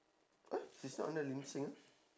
eh she's not under ling xin meh